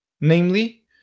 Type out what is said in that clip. namely